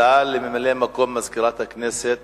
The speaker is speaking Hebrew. הודעה לממלא-מקום מזכירת הכנסת.